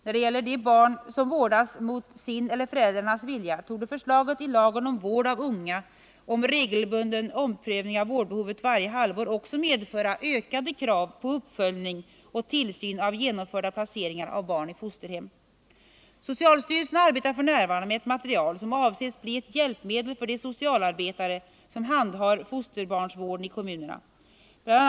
När det gäller de barn som vårdas mot sin eller föräldrarnas vilja torde förslaget i lagen om vård av unga om regelbunden omprövning av vårdbehovet varje halvår också medföra ökade krav på uppföljning och tillsyn i fråga om genomförda placeringar av barn i fosterhem. Socialstyrelsen arbetar f. n. med ett material som avses bli ett hjälpmedel för de socialarbetare som handhar fosterbarnsvården i kommunerna. Bl.